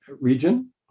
region